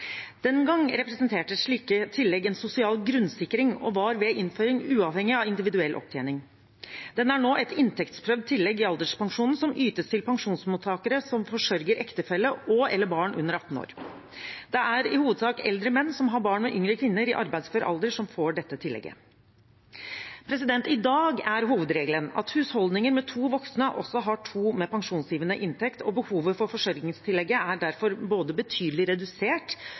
Den gang representerte slike tillegg en sosial grunnsikring og var ved innføring uavhengig av individuell opptjening. Den er nå et inntektsprøvd tillegg i alderspensjonen, som ytes til pensjonsmottakere som forsørger ektefelle og/eller barn under 18 år. Det er i hovedsak eldre menn som har barn, og som har yngre kvinner i arbeidsfør alder, som får dette tillegget. I dag er hovedregelen at husholdninger med to voksne også har to med pensjonsgivende inntekt, og behovet for forsørgingstillegget er derfor både betydelig redusert